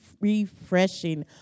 refreshing